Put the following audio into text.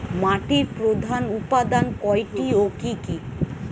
মাটির প্রধান উপাদান কয়টি ও কি কি?